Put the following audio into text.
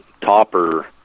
Topper